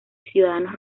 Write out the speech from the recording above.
ciudadanos